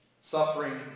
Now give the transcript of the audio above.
Suffering